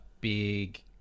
big